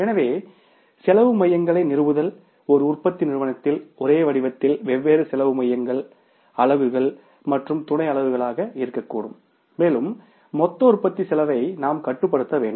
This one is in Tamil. எனவே காஸ்ட் சென்டர்ங்களை நிறுவுதல் ஒரு உற்பத்தி நிறுவனத்தில் ஒரே வடிவத்தில் வெவ்வேறு காஸ்ட் சென்டர்ங்கள் அலகுகள் மற்றும் துணை அலகுகள் இருக்கக்கூடும் மேலும் மொத்த உற்பத்தி செலவை நாம் கட்டுப்படுத்த வேண்டும்